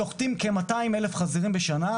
שוחטים כ-200,000 חזירים בשנה,